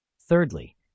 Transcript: Thirdly